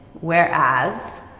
whereas